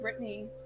Britney